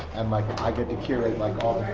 and, like, i get to curate like all